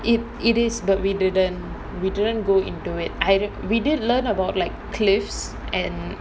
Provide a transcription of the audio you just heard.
it it is but we didn't we didn't go into it I did learn about like cliffs and